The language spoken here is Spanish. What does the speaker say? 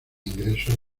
ingresos